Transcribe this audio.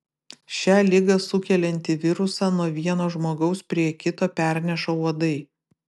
šią ligą sukeliantį virusą nuo vieno žmogaus prie kito perneša uodai